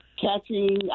catching